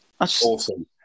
Awesome